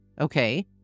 Okay